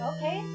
Okay